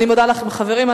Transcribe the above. אני מודה לכם, חברים.